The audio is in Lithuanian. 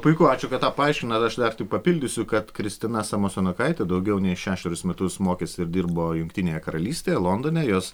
puiku ačiū kad tą paaiškinot aš dar tik papildysiu kad kristina samasionokaitė daugiau nei šešerius metus mokėsi ir dirbo jungtinėje karalystėje londone jos